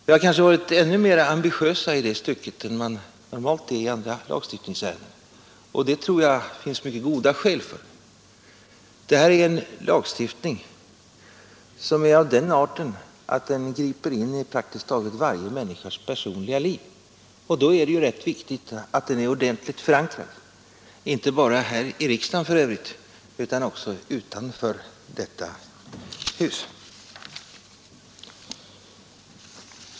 Vi har kanske varit ännu mera ambitiösa i det stycket än man normalt är i andra lagstiftningsärenden, och det tror jag det finns mycket goda skäl för. Det här är en lagstiftning som är av den arten att den griper in i praktiskt taget varje människas personliga liv, och då är det ju rätt viktigt att den är ordentligt förankrad — inte bara här i riksdagen, för övrigt, utan också utanför detta hus.